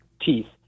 teeth